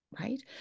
right